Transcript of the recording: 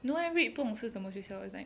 no leh red 不懂是什么学校 is like